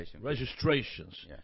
registrations